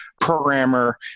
programmer